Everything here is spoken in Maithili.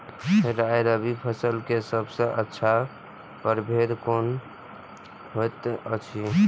राय रबि फसल के सबसे अच्छा परभेद कोन होयत अछि?